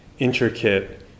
intricate